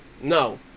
no